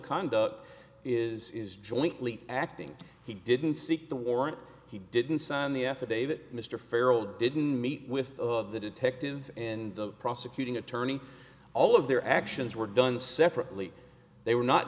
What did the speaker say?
conduct is is jointly acting he didn't seek the warrant he didn't sign the affidavit mr farrel didn't meet with the detective and the prosecuting attorney all of their actions were done separately they were not